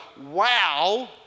wow